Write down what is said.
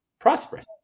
prosperous